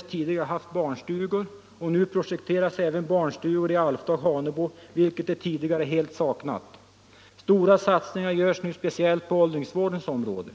tidigare haft barnstugor i Bollnäs, och nu projekteras även barnstugor i Alfta och Hanebo, som tidigare helt saknat sådana. Stora satsningar görs nu speciellt inom åldringsvårdens område.